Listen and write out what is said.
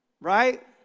Right